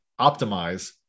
optimize